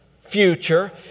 future